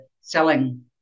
selling